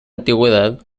antigüedad